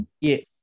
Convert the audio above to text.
Yes